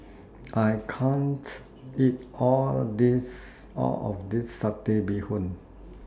I can't eat All of This Satay Bee Hoon